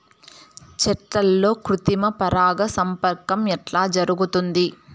చెట్లల్లో కృత్రిమ పరాగ సంపర్కం ఎట్లా జరుగుతుంది?